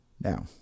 Now